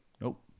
nope